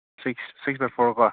six ꯁꯤꯛꯁꯀ ꯐꯣꯔꯒ